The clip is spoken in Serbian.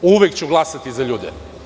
Uvek ću glasati za ljude.